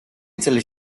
წლის